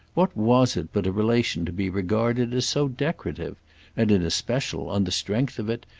what was it but a relation to be regarded as so decorative and, in especial, on the strength of it,